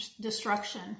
destruction